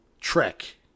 trek